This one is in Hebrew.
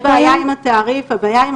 התעריף היא